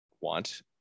want